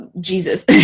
Jesus